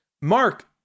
Mark